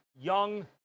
young